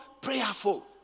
prayerful